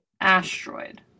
Asteroid